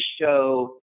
show